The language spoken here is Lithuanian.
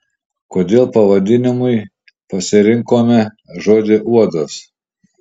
kodėl pavadinimui pasirinkome žodį uodas